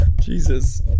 jesus